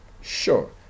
sure